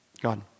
God